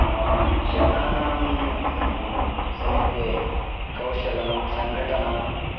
जनानां समीपे कौशलं संघटना